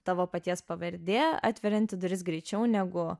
tavo paties pavardė atverianti duris greičiau negu